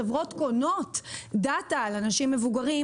חברות קונות דאטה על אנשים מבוגרים,